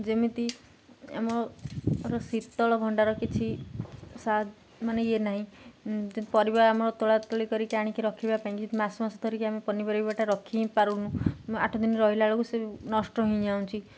ଯେମିତି ଆମର ଶୀତଳ ଭଣ୍ଡାର କିଛି ସା ମାନେ ଇଏ ନାହିଁ ପରିବା ଆମର ତୋଳା ତଳି କରିକି ଆଣିକି ରଖିବା ପାଇଁକି ମାସ ମାସ ଧରିକି ଆମେ ପନିପରିବାଟା ରଖି ହିଁ ପାରୁନୁ ଆଠ ଦିନ ରହିଲା ବେଳକୁ ସେ ନଷ୍ଟ ହେଇଁଯାଉଁଛି